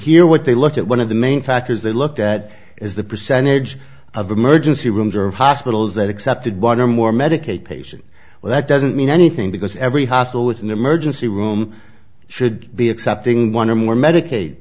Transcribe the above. hear what they look at one of the main factors they look at is the percentage of emergency rooms or hospitals that accepted one or more medicaid patients well that doesn't mean anything because every hospital with an emergency room should be accepting one or more medica